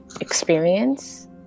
experience